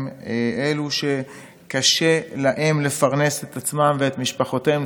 הם אלו שקשה להם לפרנס את עצמם ואת משפחותיהם.